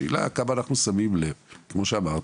השאלה היא כמה אנחנו שמים לב, כמו שאמרתי,